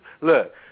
Look